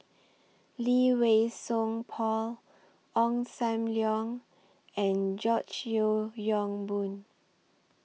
Lee Wei Song Paul Ong SAM Leong and George Yeo Yong Boon